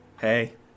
Hey